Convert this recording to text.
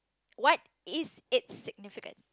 what is it significance